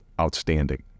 outstanding